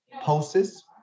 pulses